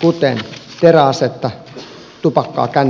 kuten teräasetta tupakkaa kännykkää tai päihteitä